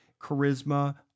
charisma